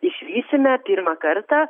išvysime pirmą kartą